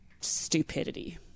stupidity